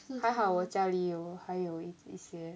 还好我家里有还有一一些